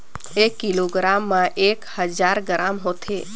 एक किलोग्राम म एक हजार ग्राम होथे